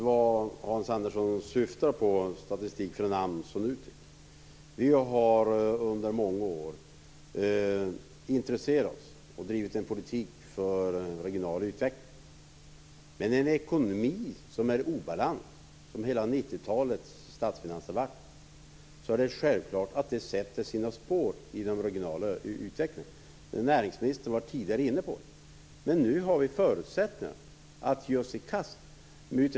Vi har under många år intresserat oss och drivit en politik för en regional utveckling. Men en ekonomi som är i obalans, och så har det ju varit med statsfinanserna under hela 90-talet, sätter självklart sina spår i den regionala utvecklingen. Näringsministern var tidigare inne på det. Nu har vi förutsättningar att ge oss i kast med detta.